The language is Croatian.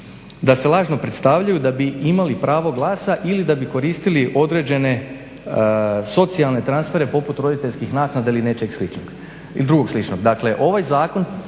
da se lažno predstavljaju da bi imali pravo glasa ili da bi koristili određene socijalne transfere poput roditeljskih naknada ili nečeg sličnog. Dakle, ovaj zakon